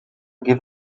give